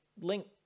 link